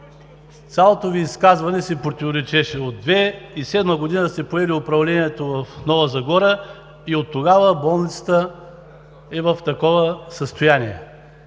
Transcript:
Цялото Ви изказване си противоречеше. От 2007 г. сте поели управлението в Нова Загора и оттогава болницата е в такова състояние.